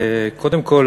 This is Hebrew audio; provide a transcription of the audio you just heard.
קודם כול